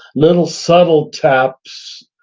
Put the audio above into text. little subtle taps,